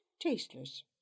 tasteless